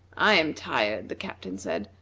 i am tired, the captain said,